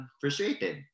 frustrated